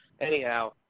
Anyhow